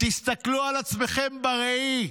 תסתכלו על עצמכם בראי.